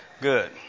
Good